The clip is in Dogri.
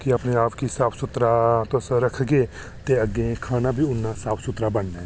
कि अपने आप गी साफ सुथरा तुस रखगे ते अग्गै खाना बी इन्ना साफ सुथरा बनना